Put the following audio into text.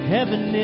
Heaven